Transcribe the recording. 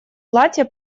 платье